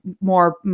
more